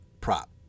prop